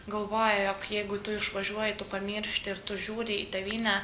galvoja jog jeigu tu išvažiuoji tu pamiršti ir tu žiūri į tėvynę